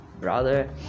brother